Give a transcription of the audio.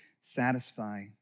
satisfy